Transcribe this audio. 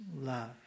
love